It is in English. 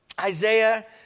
Isaiah